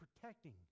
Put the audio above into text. protecting